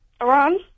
Iran